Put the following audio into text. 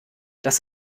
das